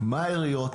תאמרו לי מה העיריות,